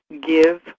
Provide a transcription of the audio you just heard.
give